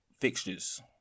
fixtures